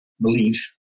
belief